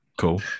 Cool